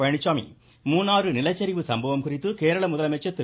பழனிச்சாமி மூணாறு நிலச்சரிவு சம்பவம் குறித்து கேரள முதலமைச்சர் திரு